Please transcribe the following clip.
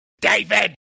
david